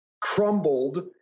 crumbled